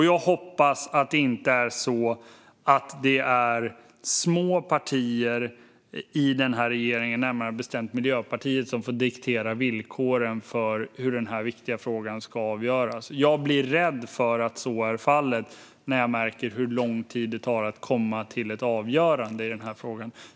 Jag hoppas att det inte är ett litet parti i regeringen, närmare bestämt Miljöpartiet, som får diktera villkoren för hur denna viktiga fråga ska avgöras. Jag blir rädd för att så är fallet när jag märker hur lång tid det tar att komma till ett avgörande i frågan.